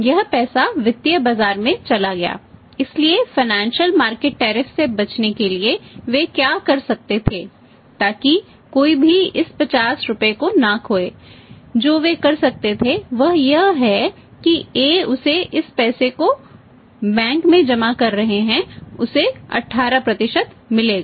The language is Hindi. यह पैसा वित्तीय बाजार में चला गया है इसलिए फाइनेंशियल मार्केट टैरिफ से बचने के लिए वे क्या कर सकते थे ताकि कोई भी इस 50 रुपये को न खोए जो वे कर सकते थे वह यह है कि A उसे इस पैसे को बैंक में जमा करें है और उसे 18 मिलेगा